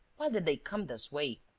why did they come this way?